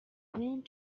wind